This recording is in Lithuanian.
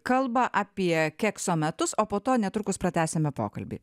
kalba apie kekso metus o po to netrukus pratęsime pokalbį